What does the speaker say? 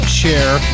share